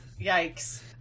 yikes